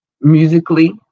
musically